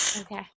okay